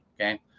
Okay